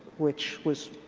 which was,